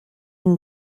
and